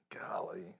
Golly